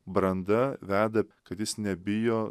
branda veda kad jis nebijo